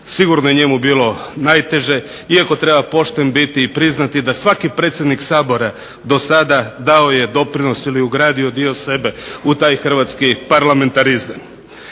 sigurno je njemu bilo najteže, iako treba pošten biti i priznati da svaki predsjednik Sabora do sada dao je doprinos ili ugradio dio sebe u taj hrvatski parlamentarizam.